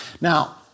Now